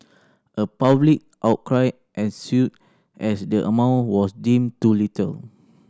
a public outcry ensued as the amount was deemed too little